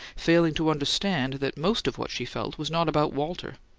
failing to understand that most of what she felt was not about walter.